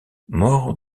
mort